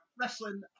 wrestling